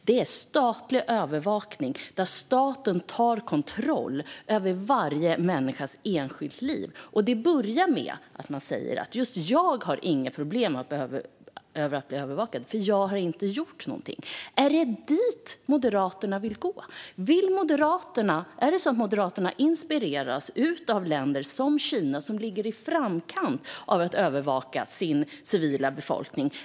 Det är statlig övervakning där staten tar kontroll över varje enskild människas liv. Och det börjar med att man säger "jag har inga problem med att bli övervakad, för jag har inte gjort någonting". Är det dit Moderaterna vill gå? Inspireras Moderaterna av länder som Kina, som ligger i framkant när det gäller att övervaka sin civila befolkning?